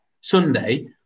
Sunday